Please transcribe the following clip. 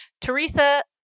Teresa